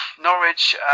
Norwich